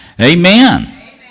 Amen